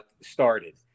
started